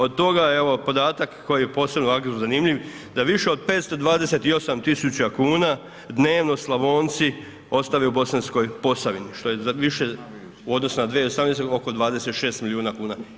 Od toga, evo podatak koji je posebno ovako zanimljiv, da više od 528 000 kuna dnevno Slavonci ostave u Bosanskoj Posavini što je više u odnosu na 2018., oko 26 milijuna kuna.